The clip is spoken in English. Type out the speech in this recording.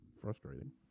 frustrating